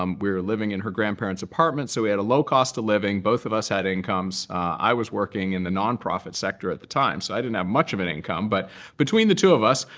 um we were living in her grandparents' apartment. so we had a low cost of living. both of us had incomes. i was working in the nonprofit sector at the time. so i didn't have much of an income. but between the two of us,